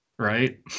Right